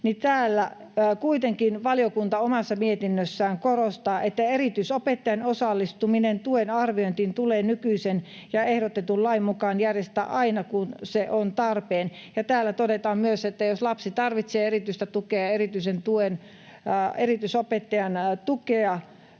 Täällä kuitenkin valiokunta omassa mietinnössään korostaa, että ”erityisopettajan osallistuminen tuen arviointiin tulee nykyisen ja ehdotetun lain mukaan järjestää aina kun se on tarpeen”, ja täällä todetaan myös, että jos lapsi tarvitsee erityistä tukea ja erityisopettajan tukea,